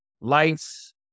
lights